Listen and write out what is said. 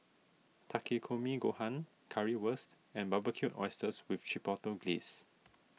Takikomi Gohan Currywurst and Barbecued Oysters with Chipotle Glaze